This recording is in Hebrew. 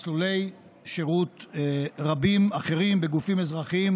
מסלולי שירות רבים אחרים בגופים אזרחיים